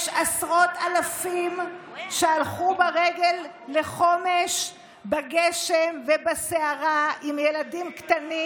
יש עשרות אלפים שהלכו ברגל לחומש בגשם ובסערה עם ילדים קטנים,